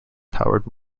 powered